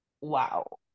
wow